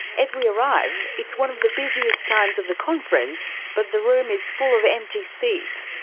as we arrive, it's one of the busiest times of the conference, but the room is full of empty seats.